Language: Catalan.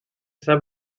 sap